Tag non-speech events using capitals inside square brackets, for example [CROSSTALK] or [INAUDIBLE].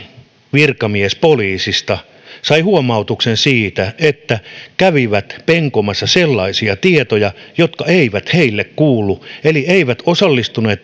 virkamies poliisista sai huomautuksen siitä että kävivät penkomassa sellaisia tietoja jotka eivät heille kuulu eli he eivät osallistuneet [UNINTELLIGIBLE]